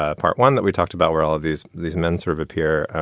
ah part one that we talked about, where all of these these men sort of appear.